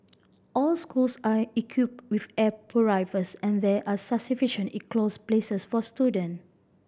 all schools are equipped with air purifiers and there are sufficient enclosed places for student